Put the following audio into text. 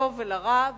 לטוב ולרע,